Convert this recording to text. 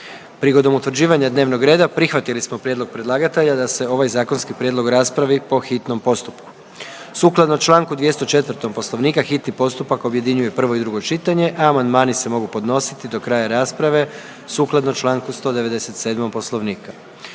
Prigodom utvrđivanja dnevnog reda prihvatili smo prijedlog predlagatelja da se ovaj zakonski prijedlog raspravi po hitnom postupku. Sukladno Članku 204. Poslovnika hitni postupak objedinjuje prvo i drugo čitanje, a amandmani se mogu podnositi do kraja rasprave sukladno Članku 197. Poslovnika.